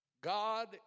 God